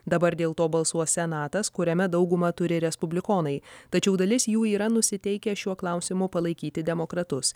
dabar dėl to balsuos senatas kuriame daugumą turi respublikonai tačiau dalis jų yra nusiteikę šiuo klausimu palaikyti demokratus